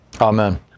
Amen